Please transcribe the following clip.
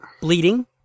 Bleeding